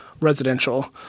residential